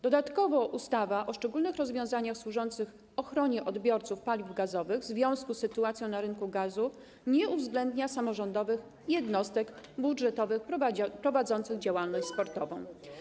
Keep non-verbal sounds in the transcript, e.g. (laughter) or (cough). Dodatkowo ustawa o szczególnych rozwiązaniach służących ochronie odbiorców paliw gazowych w związku z sytuacją na rynku gazu nie uwzględnia samorządowych jednostek budżetowych prowadzących działalność (noise) sportową.